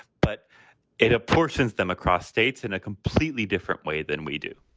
but it apportions them across states. in a completely different way than we do.